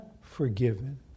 forgiven